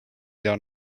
down